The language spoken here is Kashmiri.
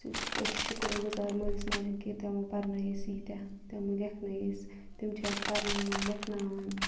أسۍ چھِ شُکُر گُزار مٲلِس ماجہِ ہِنٛدۍ کہِ تِمو پَرنٲوۍ أسۍ ییٖتیاہ تِمو لٮ۪کھنٲے أسۍ تِم چھِ اَسہِ پَرناوان لٮ۪کھناوان